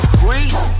grease